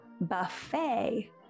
buffet